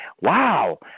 wow